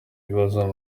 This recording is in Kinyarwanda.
ibibazo